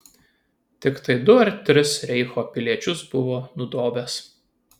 tiktai du ar tris reicho piliečius buvo nudobęs